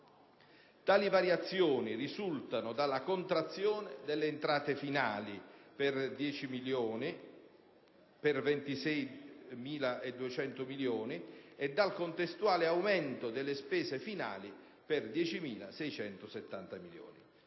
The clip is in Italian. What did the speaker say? Tali variazioni risultano dalla contrazione delle entrate finali per 26.200 milioni e dal contestuale aumento delle spese finali per 10.670 milioni.